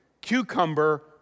cucumber